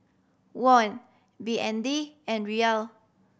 Won B N D and Riyal